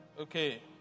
Okay